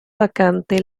vacante